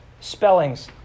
Spellings